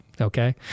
okay